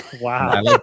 Wow